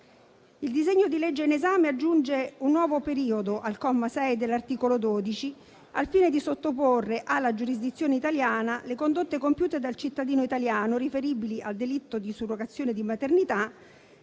Il disegno di legge in esame aggiunge un nuovo periodo al comma 6 dell'articolo 12, al fine di sottoporre alla giurisdizione italiana le condotte compiute dal cittadino italiano riferibili al delitto di surrogazione di maternità